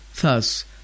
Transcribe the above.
thus